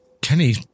Kenny